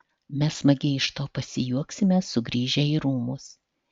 mes smagiai iš to pasijuoksime sugrįžę į rūmus